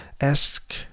Ask